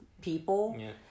people